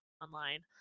online